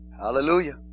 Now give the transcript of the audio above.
Hallelujah